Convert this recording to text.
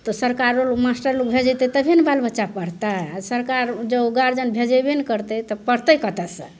तऽ सरकारे मास्टर लग भेजतय तभी ने बाल बच्चा पढ़तय आओर सरकार जँ गार्जियन भेजेबे नहि करतय तऽ पढ़तय कतऽ सँ